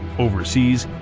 overseas,